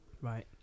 Right